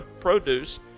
produce